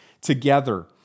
together